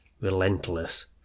relentless